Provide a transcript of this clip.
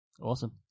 Awesome